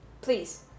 Please